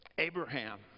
Abraham